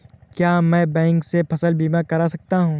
क्या मैं बैंक से फसल बीमा करा सकता हूँ?